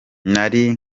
nari